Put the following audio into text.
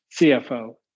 CFO